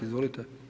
Izvolite.